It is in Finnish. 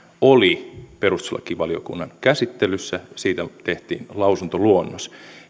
oli perustuslakivaliokunnan käsittelyssä siitä tehtiin lausuntoluonnos